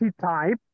type